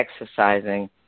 exercising